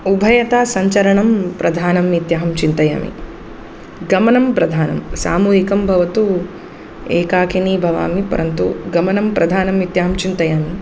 उभयता सञ्चरनं प्रधानम् इत्यहं चिन्तयामि गमनं प्रधानं सामूहिकं भवतु एकाकिनी भवामि परन्तु गमनं प्रधानमित्यहं चिन्तयामि